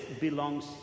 belongs